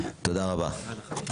תודה רבה.